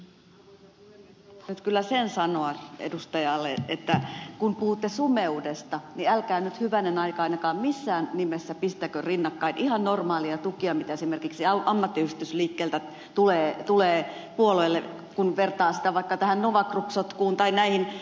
haluan nyt kyllä sen sanoa edustajalle että kun puhutte sumeudesta niin älkää nyt hyvänen aika ainakaan missään nimessä pistäkö rinnakkain ihan normaalia tukia mitä esimerkiksi ammattiyhdistysliikkeeltä tulee puolueille kun vertaa sitä vaikka tähän nova group sotkuun tai näihin mihin ed